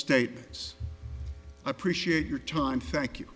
statements appreciate your time